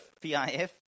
P-I-F